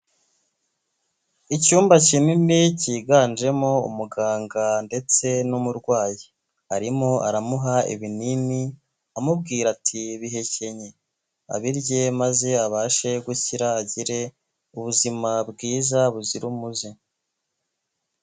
Icyumba kinini cyiganjemo umuganga ndetse n'umurwayi. Arimo aramuha ibinini amubwira ati "bihekenye". Abirye maze abashe gukira, agire ubuzima bwiza buzira umuze.